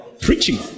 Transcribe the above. Preaching